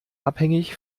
abhängig